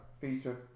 feature